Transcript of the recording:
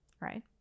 right